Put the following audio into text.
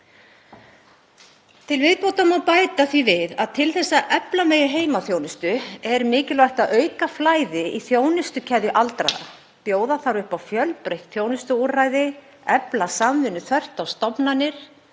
margir. Það má bæta því við að til að efla megi heimaþjónustu er mikilvægt að auka flæði í þjónustukeðju aldraðra. Bjóða þarf upp á fjölbreytt þjónustuúrræði, efla samvinnu þvert á stofnanir,